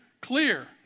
clear